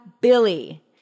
Billy